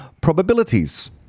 probabilities